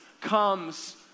comes